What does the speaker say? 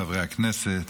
חברי הכנסת,